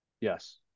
Yes